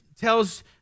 tells